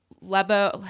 Lebo